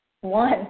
one